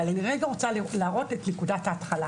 אבל אני רוצה להראות את נקודת ההתחלה.